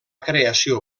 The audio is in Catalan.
creació